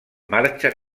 marxa